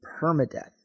permadeath